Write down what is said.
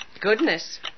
Goodness